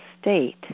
state